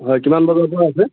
হয় কিমান বজাৰ পৰা আছে